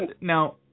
Now